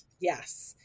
Yes